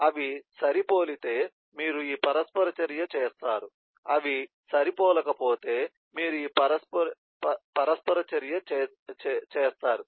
అవి సరిపోలితే మీరు ఈ పరస్పర చర్య చేస్తారు అవి సరిపోలకపోతే మీరు ఈ పరస్పర చర్య చేస్తారు